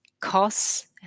costs